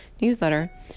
newsletter